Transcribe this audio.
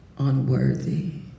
Unworthy